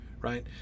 right